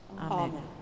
Amen